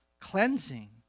cleansing